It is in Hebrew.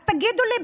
אז תגידו לי,